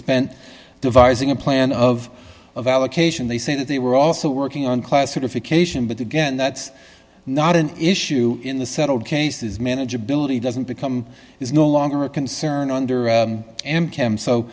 spent devising a plan of of allocation they say that they were also working on classification but again that's not an issue in the settled cases manageability doesn't become is no longer a concern under m